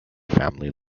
family